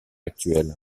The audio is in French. actuel